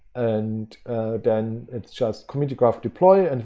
and then it's just community graph deploy, and